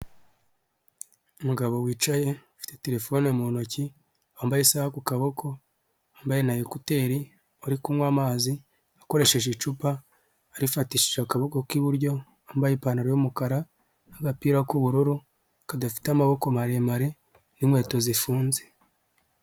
Umugabo wicaye ufite terefone mu ntoki, wambaye isaha ku kaboko, wambaye na ekuteri, uri kunywa amazi akoresheje icupa arifatishije akaboko k'iburyo, wambaye ipantaro y'umukara n'agapira k'ubururu kadafite amaboko maremare n'inkweto zifunze.